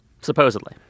Supposedly